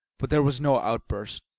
but there was no outburst.